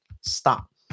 stop